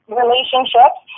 relationships